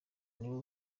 nibo